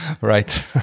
right